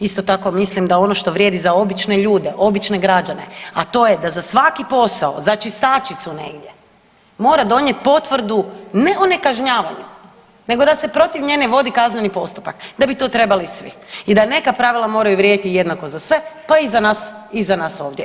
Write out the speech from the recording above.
Isto tako mislim da ono što vrijedi za obične ljude, obične građane, a to je za svaki posao, za čistačicu negdje, mora donijeti potvrdu ne o nekažnjavanju nego da se protiv nje ne godi kazneni postupak, da bi to trebali svi i da neka pravila moraju vrijediti jednako za sve, pa i za nas, za nas ovdje.